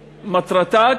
שמטרתה,